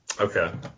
Okay